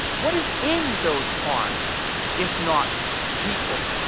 what is in those farms if not people?